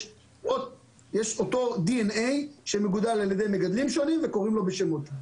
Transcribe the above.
יש אותו D.N.A שמגודל על ידי מגדלים שונים וקוראים לו בשמות,